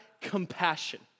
compassion